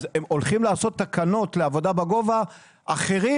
הם הולכים לעשות תקנות לעבודה בגובה אחרים,